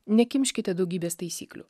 nekimškite daugybės taisyklių